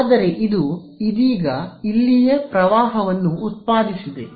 ಆದರೆ ಇದು ಇದೀಗ ಇಲ್ಲಿಯೇ ಪ್ರವಾಹವನ್ನು ಉತ್ಪಾದಿಸಿದೆ